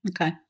Okay